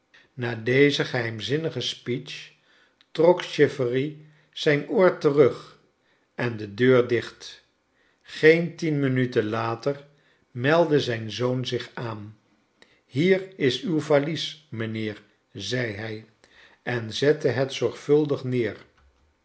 na deze geheimzinnige speech trok chivery zijn oor terug en de deur dicht geen tien minuten later meldde zijn zoon zich aan hier is uw valies mijnheer zei hij en zette het zorgvuldig neer